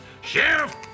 Sheriff